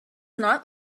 not